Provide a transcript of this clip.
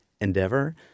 endeavor